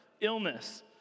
illness